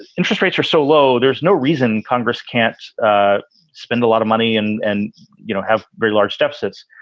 interest rates are so low, there's no reason congress can't spend a lot of money and and you have very large deficits.